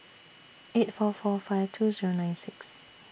eight four four five two Zero nine six